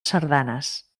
sardanes